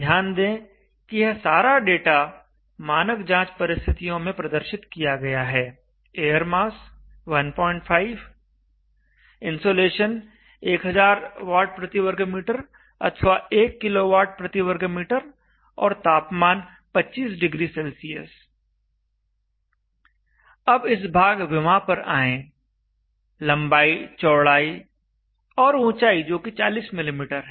ध्यान दें कि यह सारा डाटा मानक जांच परिस्थितियों में प्रदर्शित किया गया है एयर मास 15 इंसोलेशन 1000 Wm2 अथवा 1 kWm2 और तापमान 25°C अब इस भाग विमा पर आएं लंबाई चौड़ाई और ऊंचाई जो कि 40 मिलीमीटर है